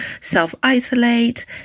self-isolate